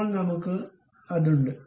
ഇപ്പോൾ നമ്മുക്ക് അത് ഉണ്ട്